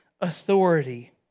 authority